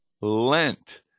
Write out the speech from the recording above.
Lent